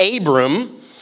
Abram